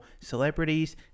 celebrities